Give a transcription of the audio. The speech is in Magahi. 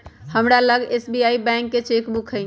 हमरा लग एस.बी.आई बैंक के चेक बुक हइ